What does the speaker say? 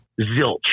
Zilch